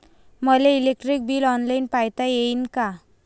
मले electric bill online पायता येईन का?